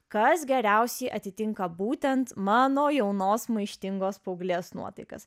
kas geriausiai atitinka būtent mano jaunos maištingos paauglės nuotaikas